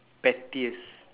pettiest